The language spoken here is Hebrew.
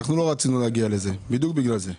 אנחנו לא רצינו להגיע לזה בדיוק בגלל זה.